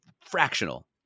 fractional